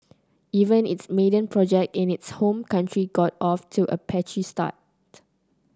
even its maiden project in its home country got off to a patchy start